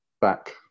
back